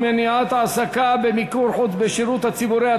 מניעת העסקה במיקור חוץ בשירות הציבורי),